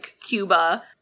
Cuba